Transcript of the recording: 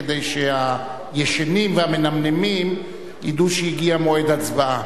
כדי שהישנים והמנמנמים ידעו שהגיע מועד הצבעה.